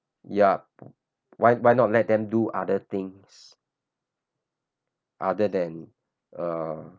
ya why why not let them do other things other than uh